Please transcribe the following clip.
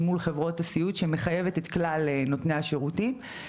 מול חברות הסיעוד שמחייבת את כלל נותני השירותים.